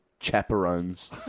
Chaperones